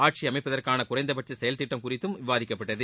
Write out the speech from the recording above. ஆட்சி அமைப்பதற்கான குறைந்தபட்ச செயல்திட்டம் குறித்தும் விவாதிக்கப்பட்டது